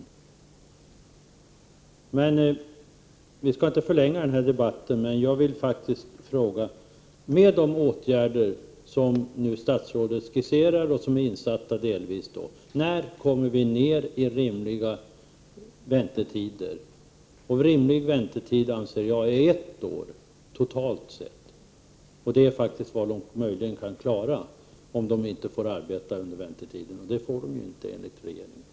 interpellationssvar Vi skall inte förlänga debatten, men jag vill fråga: Med de åtgärder som statsrådet skisserar och som delvis är insatta, när kommer vi ner till rimliga väntetider? Rimlig väntetid anser jag är ett år totalt. Det är vad man möjligen — Om den regionalpolikan klara om man inte får arbeta under väntetiden, och det får man ju inte = tiska utredningen enligt regeringen.